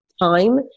time